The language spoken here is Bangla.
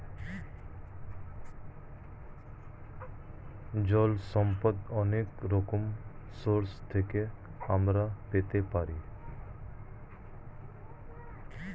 জল সম্পদ অনেক রকম সোর্স থেকে আমরা পেতে পারি